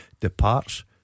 departs